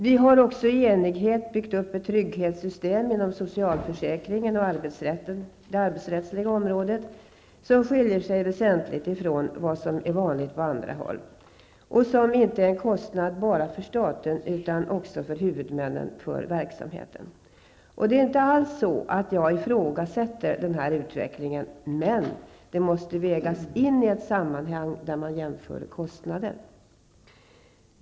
Vi har också i enighet byggt upp ett trygghetssystem inom socialförsäkringen och på det arbetsrättsliga området, som skiljer sig väsentligt från vad som är vanligt på andra håll och som inte bara innebär en kostnad för staten utan också för huvudmännen för verksamheten. Jag ifrågasätter inte denna utveckling, men de måste vägas in i ett sammanhang där man jämför kostnader.